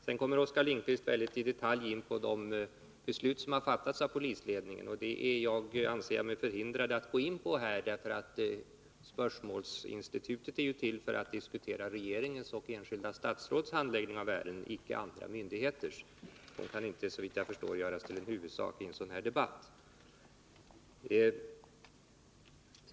Sedan kommer Oskar Lindkvist i detalj in på de beslut som har fattats av polisledningen, men dem anser jag mig i sak vara förhindrad att gå in på — spörsmålsinstitutet är ju till för att diskutera regeringens och enskilda statsråds handläggning av ärenden och icke andra myndigheters. De kan inte, såvitt jag förstår, göras till en huvudfråga i en sådan här debatt.